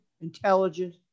intelligent